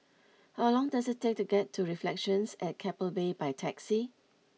how long does it take to get to Reflections at Keppel Bay by taxi